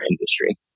industry